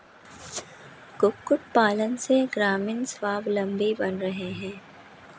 कुक्कुट पालन से ग्रामीण स्वाबलम्बी बन रहे हैं